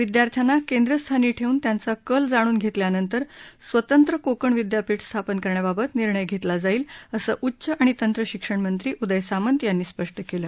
विदयार्थ्याना केंद्रस्थानी ठेऊन त्यांचा कल जाणून घेतल्यानंतर स्वतंत्र कोकण विदयापीठ स्थापन करण्याबाबत निर्णय घेतला जाईल असं उच्च आणि तंत्रशिक्षण मंत्री उदय सामंत यांनी स्पष्ट केलं